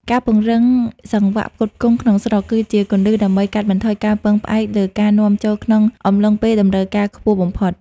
ការពង្រឹងសង្វាក់ផ្គត់ផ្គង់ក្នុងស្រុកគឺជាគន្លឹះដើម្បីកាត់បន្ថយការពឹងផ្អែកលើការនាំចូលក្នុងអំឡុងពេលតម្រូវការខ្ពស់បំផុត។